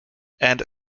and